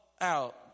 out